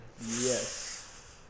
Yes